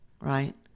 right